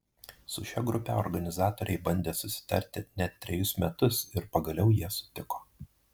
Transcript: su šia grupe organizatoriai bandė susitarti net trejus metus ir pagaliau jie sutiko